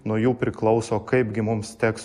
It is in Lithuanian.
nuo jų priklauso kaipgi mums teks